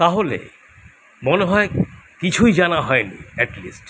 তাহলে মনে হয় কিছুই জানা হয়নি অ্যাট লিস্ট